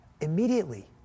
immediately